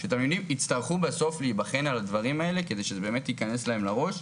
שתלמידים הצטרכו בסוף להיבחן על הדברים האלה כדי שבאמת ייכנס להם לראש,